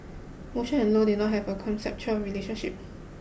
motion and low did not have a conceptual relationship